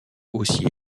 aussi